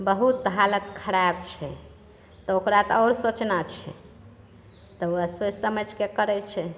बहुत हालत खराब छै तऽ ओकरा तऽ आओर सोचना छै तऽ ओ सोचि समझ कऽ करैत छै